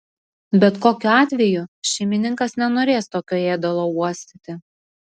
bet kokiu atveju šeimininkas nenorės tokio ėdalo uostyti